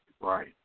Right